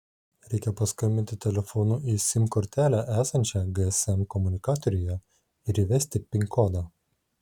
reikia paskambinti telefonu į sim kortelę esančią gsm komunikatoriuje ir įvesti pin kodą